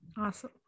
Awesome